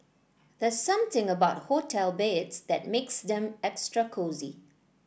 there's something about hotel beds that makes them extra cosy